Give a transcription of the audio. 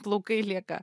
plaukai lieka